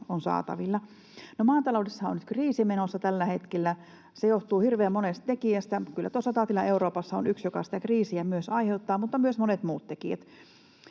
on saatavilla. No, maataloudessahan on nyt kriisi menossa tällä hetkellä. Se johtuu hirveän monesta tekijästä. Kyllä tuo sotatila Euroopassa on yksi, joka sitä kriisiä myös aiheuttaa, mutta myös monet muut tekijät.